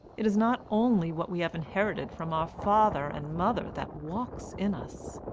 it is not only what we have inherited from our father and mother that walks in us.